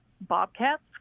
bobcats